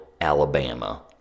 Alabama